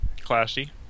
Classy